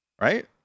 right